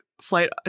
flight